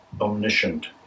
omniscient